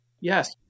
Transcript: yes